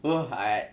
oo I